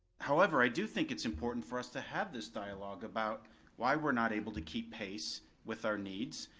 however, i do think it's important for us to have this dialogue about why we're not able to keep pace with our needs.